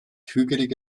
hügelige